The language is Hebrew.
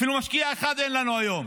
אפילו משקיע אחד אין לנו היום,